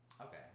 Okay